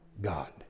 God